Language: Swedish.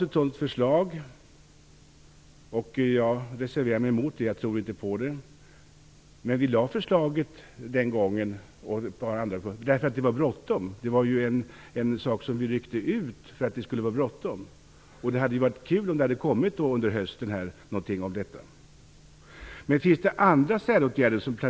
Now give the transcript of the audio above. Ett sådant förslag har lagts fram. Jag reserverade mig, eftersom jag inte tror på det. Men förslaget lades fram därför att det var bråttom - vi ryckte ut den här saken, just därför att det var bråttom. Det hade således varit kul om det under hösten hade kommit någonting om detta. Planeras andra säråtgärder?